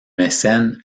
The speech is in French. mécène